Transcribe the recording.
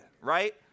Right